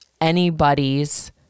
anybody's